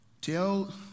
tell